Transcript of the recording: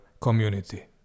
community